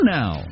now